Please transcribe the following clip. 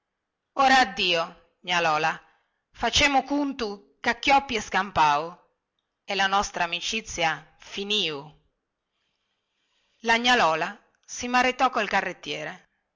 ora addio gnà lola facemu cuntu ca chioppi e scampau e la nostra amicizia finiu la gnà lola si maritò col carrettiere